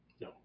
No